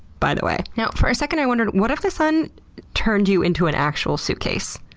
by the way. now for a second i wondered, what if the sun turned you into an actual suitcase?